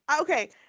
okay